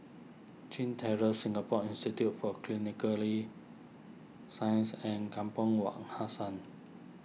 Chin Terrace Singapore Institute for Clinically Sciences and Kampong Wak Hassan